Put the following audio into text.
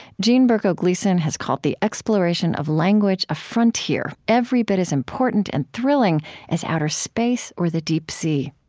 jean berko gleason has called the exploration of language a frontier every bit as important and thrilling as outer space or the deep sea.